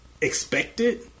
expected